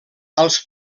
als